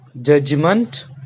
judgment